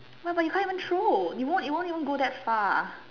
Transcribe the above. why but you can't even throw it won't it won't even go that far